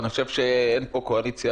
אני חושב שאין פה קואליציה-אופוזיציה,